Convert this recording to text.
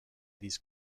these